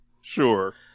Sure